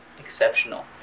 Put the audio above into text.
exceptional